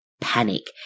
panic